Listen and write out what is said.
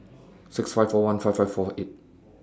six five four one five five four eight